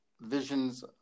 visions